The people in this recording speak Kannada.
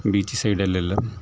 ಬೀಚ್ ಸೈಡಲೆಲ್ಲ